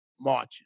marching